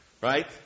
right